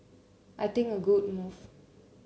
I think a good move